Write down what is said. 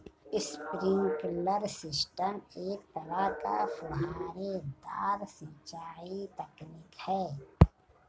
sprinkler system एक तरह का फुहारेदार सिंचाई तकनीक है